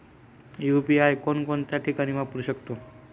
UPI कोणकोणत्या ठिकाणी वापरू शकतो?